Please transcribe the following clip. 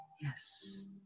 Yes